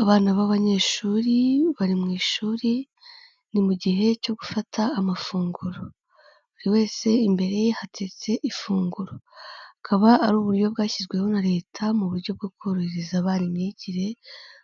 Abana b'abanyeshuri, bari mu ishuri, ni mu gihe cyo gufata amafunguro. Buri wese imbere ye hatetse ifunguro. Akaba ari uburyo bwashyizweho na leta mu buryo bwo korohereza abana imyigire,